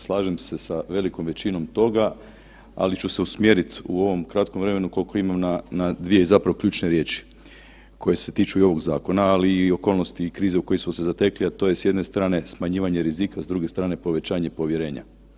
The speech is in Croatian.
Slažem se sa velikom većinom toga, ali ću se usmjeriti u ovom kratkom vremenu koliko imam na dvije zapravo ključne riječi koje se tiču i ovog zakona, ali i okolnosti i krize u kojoj smo se zatekli, a to je s jedne strane smanjivanje rizika, a s druge strane povećanje povjerenja.